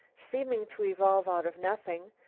seeming to evolve out of nothing,